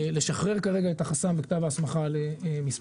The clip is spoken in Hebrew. לשחרר כרגע את החסם ואת כתב ההסמכה למספנות.